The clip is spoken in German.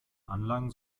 anlagen